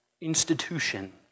institution